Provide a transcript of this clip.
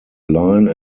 line